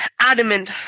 adamant